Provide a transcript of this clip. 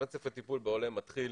רצף הטיפול בעולה מתחיל